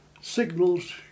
signals